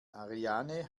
ariane